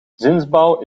zinsbouw